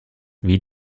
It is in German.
wie